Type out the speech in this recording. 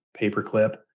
paperclip